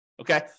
okay